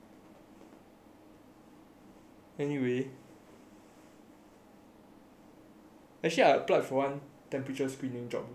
anyway actually I applied for one temperature screening job before